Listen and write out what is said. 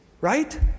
Right